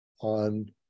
on